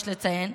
יש לציין,